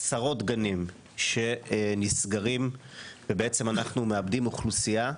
עשרות גנים שנסגרים ובעצם אנחנו מאבדים אוכלוסייה.